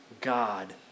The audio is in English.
God